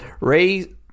Ray